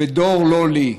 בדור לא לי.